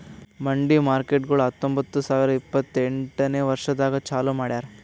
ಮಂಡಿ ಮಾರ್ಕೇಟ್ಗೊಳ್ ಹತೊಂಬತ್ತ ಸಾವಿರ ಇಪ್ಪತ್ತು ಎಂಟನೇ ವರ್ಷದಾಗ್ ಚಾಲೂ ಮಾಡ್ಯಾರ್